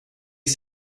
est